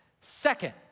Second